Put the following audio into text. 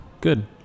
Good